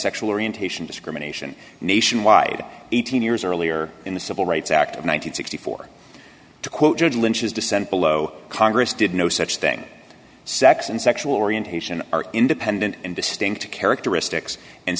sexual orientation discrimination nationwide eighteen years earlier in the civil rights act of one hundred and sixty four to quote judge lynch's dissent below congress did no such thing sex and sexual orientation are independent and distinct characteristics and